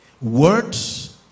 words